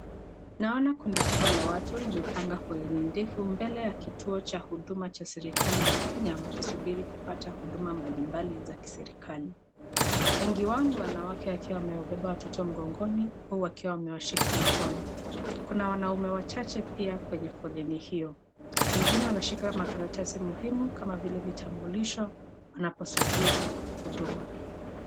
Naona kundi kubwa la watu limepanga foleni ndefu mbele ya kituo cha huduma cha serikali ya Kenya wakisubiri kupata huduma mbalimbali za serikali. Wengi wao ni wanawake wakiwa wamewabeba watoto mgongoni au wakiwa wamewashika mikono, kuna wanaume wachache pia kwenye foleni hiyo, wengine wanashika makaratasi muhimu kama vile vitambulisho wanaposubiri huduma.